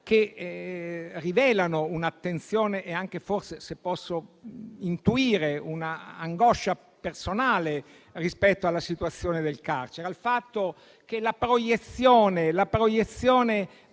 che rivelano un'attenzione e anche forse, se posso intuire, un'angoscia personale rispetto alla situazione del carcere, al fatto che le proiezioni